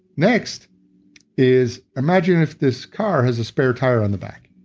next is imagine if this car has a spare tire on the back.